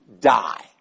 die